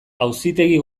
auzitegi